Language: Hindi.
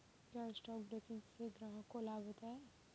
क्या स्टॉक ब्रोकिंग से ग्राहक को लाभ होता है?